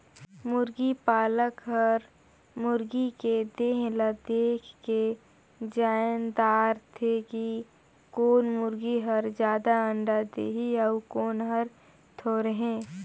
मुरगी पालक हर मुरगी के देह ल देखके जायन दारथे कि कोन मुरगी हर जादा अंडा देहि अउ कोन हर थोरहें